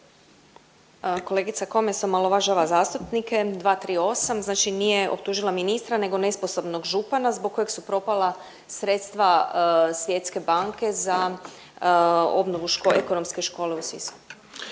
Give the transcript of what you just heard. Kolegica Komes omalovažava zastupnike, 238., znači nije optužila ministra nego nesposobnog župana zbog kojeg su propala sredstva Svjetske banke za obnovu Ekonomske škole u Sisku.